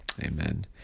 Amen